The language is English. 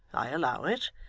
i allow it.